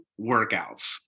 workouts